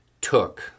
took